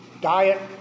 diet